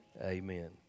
Amen